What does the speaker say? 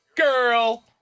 Girl